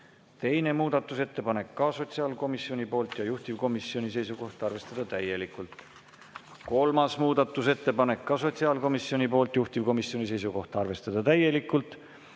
Teine muudatusettepanek, ka sotsiaalkomisjonilt ja juhtivkomisjoni seisukoht on arvestada täielikult. Kolmas muudatusettepanek on sotsiaalkomisjonilt, juhtivkomisjoni seisukoht on arvestada täielikult,